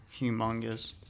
humongous